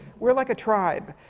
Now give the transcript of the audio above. we're like a tribe.